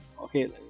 okay